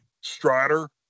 Strider